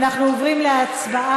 אנחנו עוברים להצבעה.